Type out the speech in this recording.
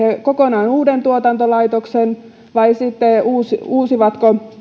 kokonaan uuden tuotantolaitoksen vai uusivatko